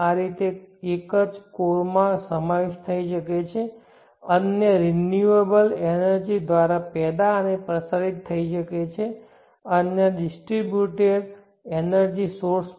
આ રીતે કોઈ એક જ કોરમાં સમાવિષ્ટ થઈ શકે છે અન્ય રિન્યુઅલ એનર્જી દ્વારા પેદા અને પ્રસારિત થઈ શકે છે અન્ય ડિસ્ટ્રિબ્યુટેડ એનર્જી રીસોર્સ પણ